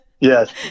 Yes